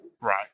Right